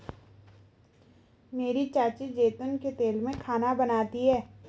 मेरी चाची जैतून के तेल में खाना बनाती है